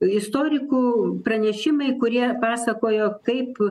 istorikų pranešimai kurie pasakojo kaip